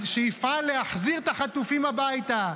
שיפעל להחזיר את החטופים הביתה,